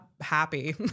happy